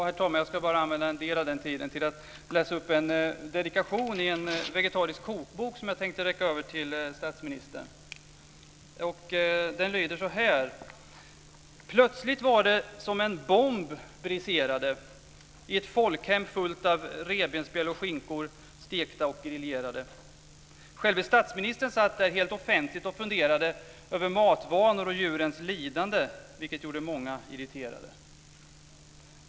Herr talman! Jag ska använda en del av min återstående talartid till att läsa upp en dedikation i en vegetarisk kokbok som jag tänkte räcka över till statsministern. Den lyder så här: Plötsligt var det som en bomb briserade, i ett folkhem fullt av revbensspjäll och skinkor, stekta och griljerade. Själve statsministern satt där helt offentligt och funderade, över matvanor och djurens lidande, vilket gjorde många irriterade.